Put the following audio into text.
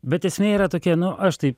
bet esmė yra tokia nu aš taip